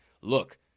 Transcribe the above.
look